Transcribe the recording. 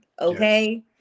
okay